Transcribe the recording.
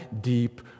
deep